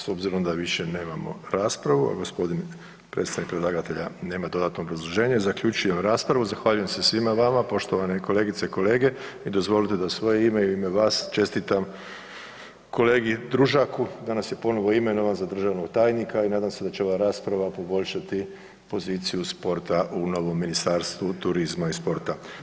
S obzirom da više nemamo raspravu, g. predstavnik predlagatelja nema dodatnog obrazloženja, zaključujem raspravu, zahvaljujem se svima vama poštovane kolegice i kolege i dozvolite da u svoje ime i u ime vas čestitam kolegi Družaku, danas je ponovo imenovan za državnog tajnika i nadam se da će ova rasprava poboljšati poziciju sporta u novom Ministarstvo turizma i sporta.